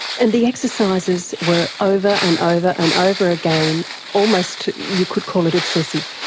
and the exercises were over and over and over again almost you could call it obsessive.